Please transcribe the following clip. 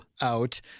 out